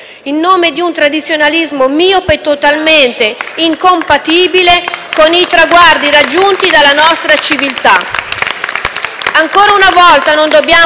in nome di un tradizionalismo miope totalmente incompatibile con i traguardi raggiunti dalla nostra civiltà.